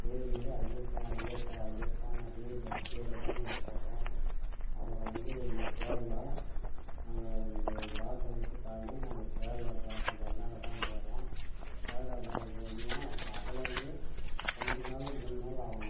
அதே மேரி ஐயப்பா ஐயப்பா ஐயப்பானு அதே பக்தியோட தான் நாங்கள் போவோம் அப்புறம் வந்து இந்த கேரளா நாங்கள் இந்த பார்டரு விட்டு தாண்டி நாங்கள் கேரளா பார்டர்க்கு அந்தாண்ட தான் போகிறோம் கேரளா பார்டர்க்கு போனோன்னே அப்புறோம் அதுலேருந்து ரெண்டு நாலு மூணு நாலு ஆகும் நடப்பயணம்